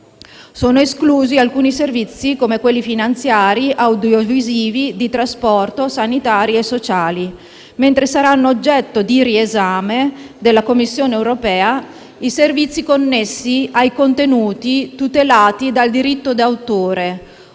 Sono esclusi alcuni servizi, come quelli finanziari, audiovisivi, di trasporto, sanitari e sociali, mentre saranno oggetto di riesame della Commissione europea i servizi connessi ai contenuti tutelati dal diritto d'autore